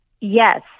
yes